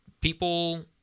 people